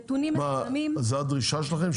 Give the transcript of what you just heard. זו הדרישה שלכם?